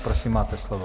Prosím, máte slovo.